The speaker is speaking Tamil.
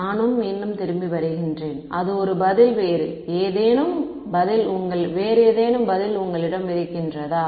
நானும் மீண்டும் திரும்பி வருகின்றேன் அது ஒரு பதில் வேறு ஏதேனும்ப தில் உங்களிடம் இருக்கின்றதா